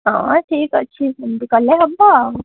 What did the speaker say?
ହଁ ଠିକ୍ ଅଛି ଏମିତି କଲେ ହବ ଆଉ